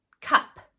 cup